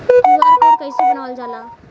QR code कइसे बनवाल जाला?